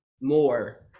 more